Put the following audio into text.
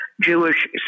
Jewish